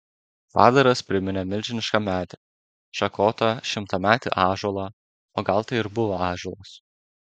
padaras priminė milžinišką medį šakotą šimtametį ąžuolą o gal tai ir buvo ąžuolas